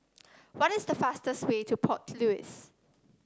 what is the fastest way to Port Louis